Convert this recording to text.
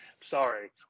sorry